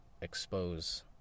expose